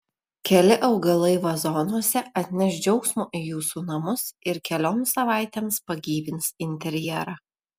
keli augalai vazonuose atneš džiaugsmo į jūsų namus ir kelioms savaitėms pagyvins interjerą